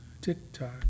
tick-tock